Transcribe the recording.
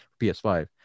PS5